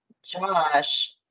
Josh